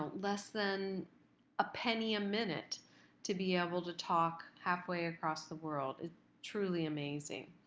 less than a penny a minute to be able to talk halfway across the world is truly amazing.